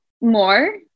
more